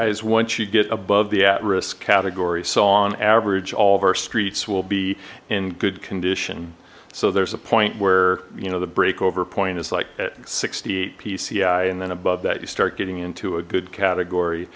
pci is once you get above the at risk category so on average all of our streets will be in good condition so there's a point where you know the break over point is like sixty eight pci and then above that you start getting into a good category